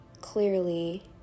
clearly